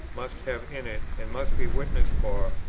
must have in it, and must be witness for,